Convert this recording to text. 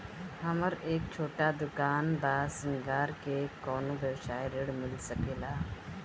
हमर एक छोटा दुकान बा श्रृंगार के कौनो व्यवसाय ऋण मिल सके ला?